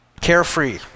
carefree